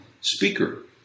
speaker